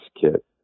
kit